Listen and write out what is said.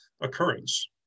occurrence